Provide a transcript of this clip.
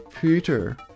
Peter